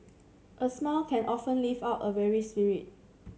a smile can often lift up a weary spirit